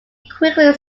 quickly